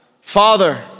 Father